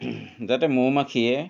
যাতে মৌ মাখিয়ে